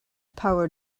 power